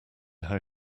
how